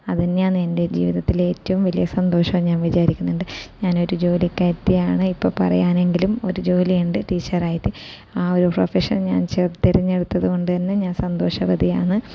അതു തന്നെയാണ് എൻ്റെ ജീവത്തിലെ ഏറ്റവും വലിയ സന്തോഷം ഞാൻ വിചാരിക്കുന്നുണ്ട് ഞാൻ ഒരു ജോലിക്കാരിയാണ് ഇപ്പം പറയാനെങ്കിലും ഒരു ജോലി ഉണ്ട് ടീച്ചറായിട്ട് ആ ഒരു പ്രൊഫഷൻ ഞാൻ തിരഞ്ഞെടുത്തതുകൊണ്ട് തന്നെ ഞാൻ സന്തോഷവതിയാണ്